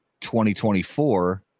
2024